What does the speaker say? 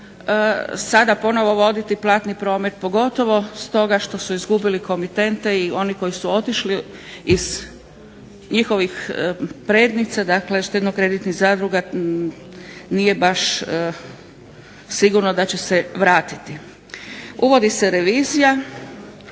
sada ponovo voditi platni promet pogotovo stoga što su izgubili komitente i oni koji su otišli iz njihovih prednica, dakle štedno-kreditnih zadruga nije baš sigurno da će se vratiti. Uvodi se revizija